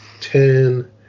ten